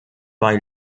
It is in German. bei